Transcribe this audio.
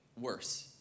worse